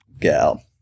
gal